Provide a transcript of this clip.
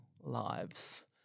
lives